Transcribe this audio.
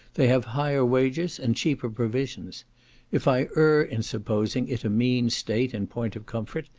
they have higher wages and cheaper provisions if i err in supposing it a mean state in point of comfort,